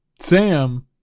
Sam